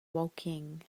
woking